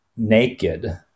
naked